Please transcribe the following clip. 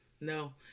no